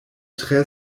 tre